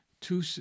Two